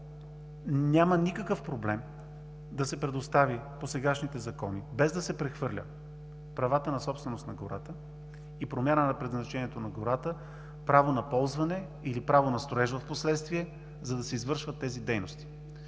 Няма никакъв проблем да се предостави по сегашните закони, без да се прехвърлят правата на собственост на гората и промяна на предназначението на гората, право на ползване или право на строеж впоследствие, за да се извършват тези дейности.